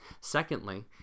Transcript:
Secondly